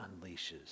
unleashes